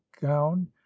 gown